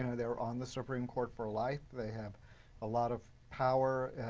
and they were on the supreme court for life. they have a lot of power.